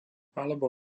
alebo